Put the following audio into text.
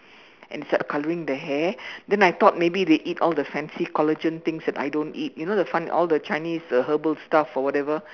and start colouring their hair then I thought maybe they eat all the fancy collagen things that I don't eat you know the fun all the Chinese uh herbal stuff or whatever